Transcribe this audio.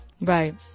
Right